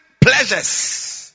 pleasures